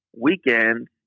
weekend